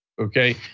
Okay